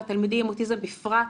והתלמידים עם אוטיזם בפרט,